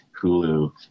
Hulu